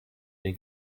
den